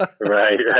Right